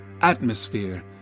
atmosphere